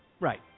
right